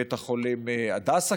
בית החולים הדסה,